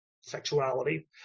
sexuality